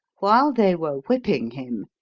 while they were whipping him,